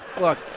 Look